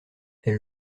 elle